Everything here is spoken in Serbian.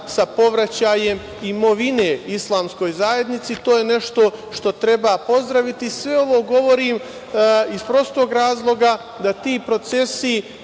sa povraćajem imovine islamskog zajednici. To je nešto što treba pozdraviti. Sve ovo govorim, iz prostog razloga, da ti procesi